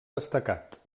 destacat